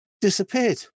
disappeared